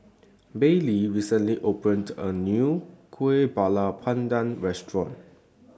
Baylee recently opened A New Kuih Bakar Pandan Restaurant